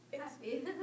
Happy